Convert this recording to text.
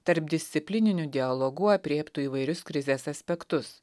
tarpdisciplininiu dialogu aprėptų įvairius krizės aspektus